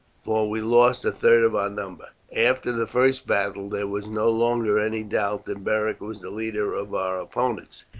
for we lost a third of our number. after the first battle there was no longer any doubt that beric was the leader of our opponents.